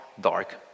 dark